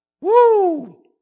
Woo